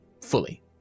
fully